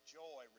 joy